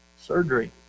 surgery